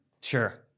Sure